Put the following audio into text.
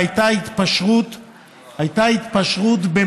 והייתה התפשרות במתווה,